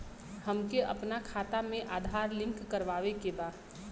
हमके अपना खाता में आधार लिंक करावे के बा?